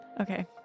Okay